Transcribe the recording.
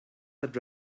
that